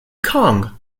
kong